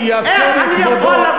אני אאפשר לכבודו,